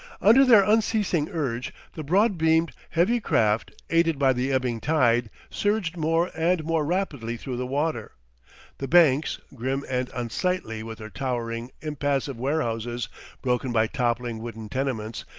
under their unceasing urge, the broad-beamed, heavy craft, aided by the ebbing tide, surged more and more rapidly through the water the banks, grim and unsightly with their towering, impassive warehouses broken by toppling wooden tenements,